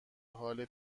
حال